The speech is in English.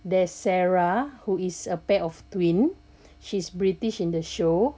there's sarah who is a pair of twin she's british in the show